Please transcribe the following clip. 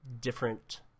different